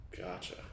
Gotcha